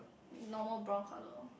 normal brown colour orh